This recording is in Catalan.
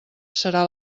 serà